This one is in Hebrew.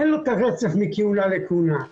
אין לו את הרצף מכהונה לכהונה,